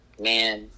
man